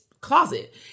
closet